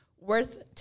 worth